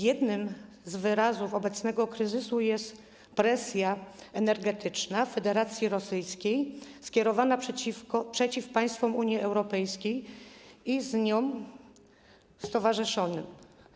Jednym z wyrazów obecnego kryzysu jest presja energetyczna Federacji Rosyjskiej skierowana przeciw państwom Unii Europejskiej i z nią stowarzyszonym.